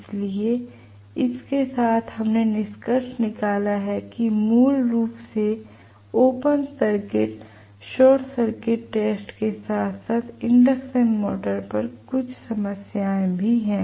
इसलिए इसके साथ हमने निष्कर्ष निकाला है कि मूल रूप से open circuit short circuit test के साथ साथ इंडक्शन मोटर पर कुछ समस्याएं भी हैं